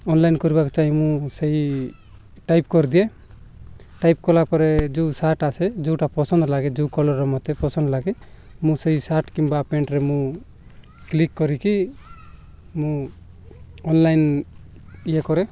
online କରିବାକୁ ଚାହିଁ ମୁଁ ସେଇ ଟାଇପ୍ କରିଦିଏ ଟାଇପ୍ କଲା ପରେ ଯେଉଁ ସାର୍ଟ ଆସେ ଯେଉଁଟା ପସନ୍ଦ ଲାଗେ ଯେଉଁ କଲରର ମୋତେ ପସନ୍ଦ ଲାଗେ ମୁଁ ସେଇ ସାର୍ଟ କିମ୍ବା ପ୍ୟାଣ୍ଟରେ ମୁଁ କ୍ଲିକ୍ କରିକି ମୁଁ ଅନଲାଇନ୍ ଇଏ କରେ